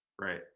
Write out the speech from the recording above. right